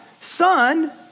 son